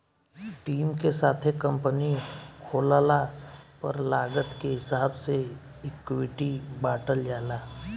team के साथे company खोलला पर लागत के हिसाब से इक्विटी बॉटल जाला